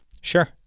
Sure